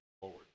forward